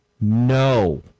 no